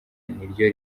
niryo